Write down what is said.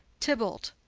tybalt,